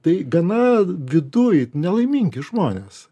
tai gana viduj nelaimingi žmonės